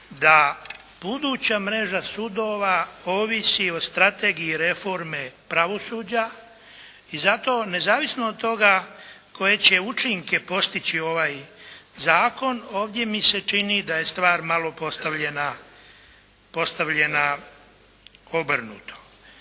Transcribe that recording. da buduća mreža sudova ovisi o Strategiji reforme pravosuđa i zato nezavisno od toga koje će učinke postići ovaj zakon, ovdje mi se čini da je stvar malo postavljena obrnuto.